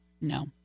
No